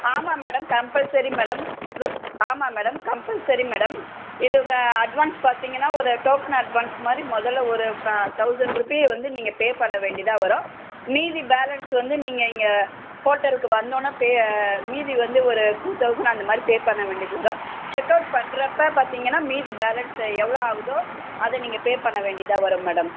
ஆமாம் madam compulsory madam ரு ஆமாம் மேடம் கம்பல்சரி மேடம் இது உங்கள் அட்வான்ஸ் பார்த்திங்கனா ஒரு டோக்கன் அட்வான்ஸ் மாதிரி முதல்ல ஒரு தௌசண்ட் ருபியை வந்து நீங்கள் பே பண்ண வேண்டியதாக வரும் மீதி பேலன்ஸ் வந்து நீங்கள் இங்கே ஹோட்டலுக்கு வந்தோடனே பே மீதி வந்து ஒரு டூ தௌசண்ட் அந்த மாதிரி பே பண்ண வேண்டியது வரும் செக் அவுட் பண்ணுறப்ப பார்த்திங்கனா மீதி பேலன்ஸ் எவ்வளோ ஆகுதோ அதை நீங்கள் பே பண்ண வேண்டியதாக வரும் மேடம்